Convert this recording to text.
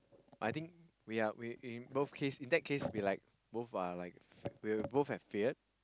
I think we are we we in both case in that case we like both are like we will both have failed